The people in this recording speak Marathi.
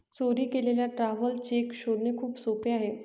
चोरी गेलेला ट्रॅव्हलर चेक शोधणे खूप सोपे आहे